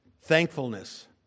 thankfulness